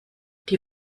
die